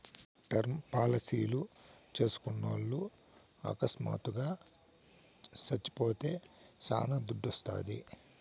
term పాలసీలు చేస్కున్నోల్లు అకస్మాత్తుగా సచ్చిపోతే శానా దుడ్డోస్తాది